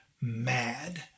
mad